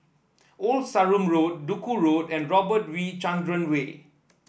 Old Sarum Road Duku Road and Robert V Chandran Way